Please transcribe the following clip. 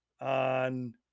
on